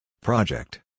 Project